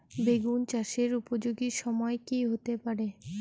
বেগুন চাষের উপযোগী সময় কি হতে পারে?